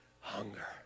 Hunger